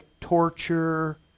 Torture